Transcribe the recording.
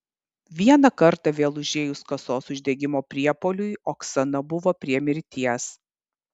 vieną kartą vėl užėjus kasos uždegimo priepuoliui oksana buvo prie mirties